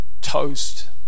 toast